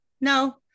no